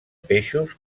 peixos